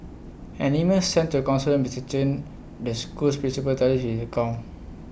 an email sent to counsellor Mister Chen the school's principal tallies with this account